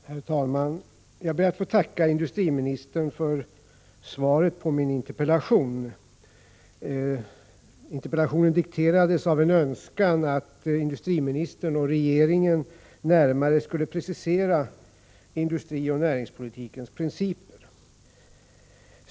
Herr talman! Jag ber att få tacka industriministern för svaret på min interpellation. Interpellationen dikterades av en önskan att industriministern och regeringen närmare skulle precisera industrioch näringspolitikens principer.